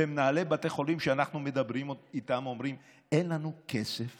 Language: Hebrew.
ומנהלי בתי חולים שאנחנו מדברים איתם אומרים: אין לנו כסף